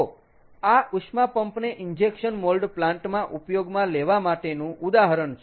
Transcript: તો આ ઉષ્મા પંપ ને ઇન્જેક્શન મોલ્ડ પ્લાન્ટ મા ઉપયોગમાં લેવા માટેનું ઉદાહરણ છે